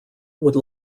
would